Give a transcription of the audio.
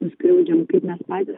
nuskriaudžiam kaip mes patys